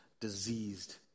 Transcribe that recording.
diseased